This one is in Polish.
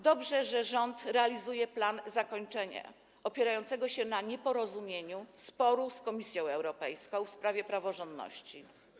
Dobrze, że rząd realizuje plan zakończenia, opierającego się na nieporozumieniu, sporu z Komisją Europejską w sprawie praworządności.